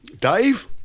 Dave